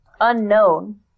unknown